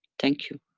thank you.